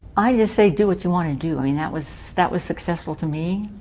i just say do what you want to do. i mean that was that was successful to me.